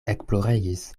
ekploregis